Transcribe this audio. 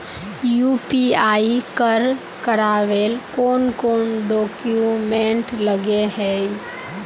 UPI कर करावेल कौन कौन डॉक्यूमेंट लगे है?